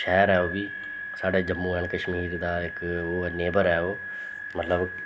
शैह्र ऐ ओह् बी साढ़े जम्मू एंड कश्मीर दा इक ओह् नेवर ऐ ओह् मतलब